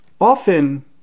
Often